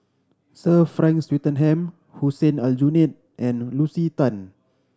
Sir Frank Swettenham Hussein Aljunied and Lucy Tan